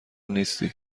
نیستی